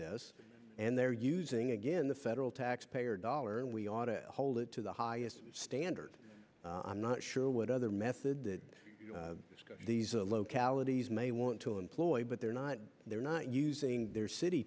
this and they're using again the federal taxpayer dollars and we ought to hold it to the highest standard i'm not sure what other method that these are the localities may want to employ but they're not they're not using their city